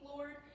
Lord